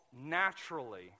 naturally